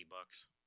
bucks